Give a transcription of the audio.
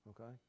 Okay